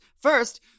First